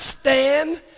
stand